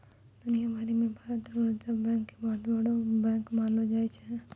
दुनिया भरी मे भारत रो रिजर्ब बैंक के बहुते बड़ो बैंक मानलो जाय छै